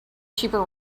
cheaper